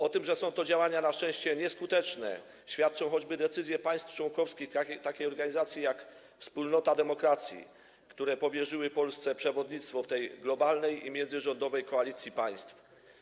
O tym, że są to działania na szczęście nieskuteczne, świadczą choćby decyzje państw członkowskich takiej organizacji jak Wspólnota Demokracji, które powierzyły Polsce przewodnictwo w tej globalnej i międzyrządowej koalicji państw.